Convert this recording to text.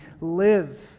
live